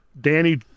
danny